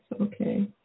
Okay